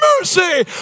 mercy